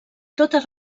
totes